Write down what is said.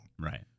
Right